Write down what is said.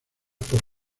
por